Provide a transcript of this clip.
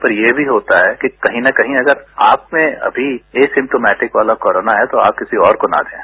पर ये भी होता है कि कहीं न कहीं अगर आप में अमी ए सिम्टोमैटिक वाला कोरोना है तो आप किसी और को न दें